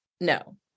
No